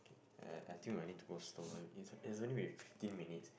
okay uh I think we'll need to go slower it's it's only been fifteen minutes